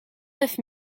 neuf